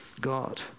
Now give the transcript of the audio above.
God